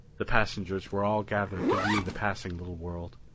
the passengers were all gathered to view the passing little world.